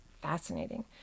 fascinating